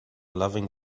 loving